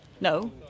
no